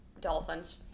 dolphins